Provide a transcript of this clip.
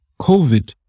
COVID